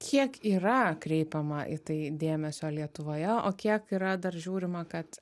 kiek yra kreipiama į tai dėmesio lietuvoje o kiek yra dar žiūrima kad